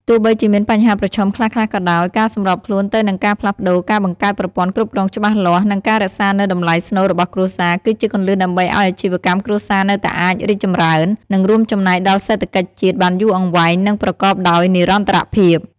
ទោះបីជាមានបញ្ហាប្រឈមខ្លះៗក៏ដោយ ការសម្របខ្លួនទៅនឹងការផ្លាស់ប្តូរ ការបង្កើតប្រព័ន្ធគ្រប់គ្រងច្បាស់លាស់ និងការរក្សានូវតម្លៃស្នូលរបស់គ្រួសារ គឺជាគន្លឹះដើម្បីឲ្យអាជីវកម្មគ្រួសារនៅតែអាចរីកចម្រើន និងរួមចំណែកដល់សេដ្ឋកិច្ចជាតិបានយូរអង្វែង និងប្រកបដោយនិរន្តរភាព។